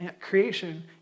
creation